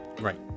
Right